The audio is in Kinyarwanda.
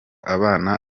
abana